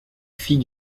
fit